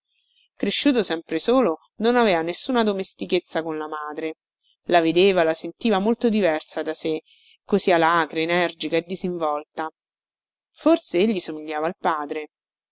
cresciuto sempre solo non aveva nessuna domestichezza con la madre la vedeva la sentiva molto diversa da sé così alacre energica e disinvolta forse egli somigliava al padre